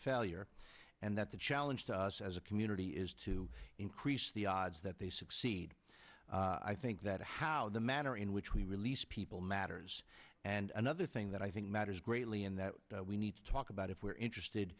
failure and that the challenge to us as a community is to increase the odds that they succeed i think that how the manner in which we release people matters and another thing that i think matters greatly and that we need to talk about if we're interested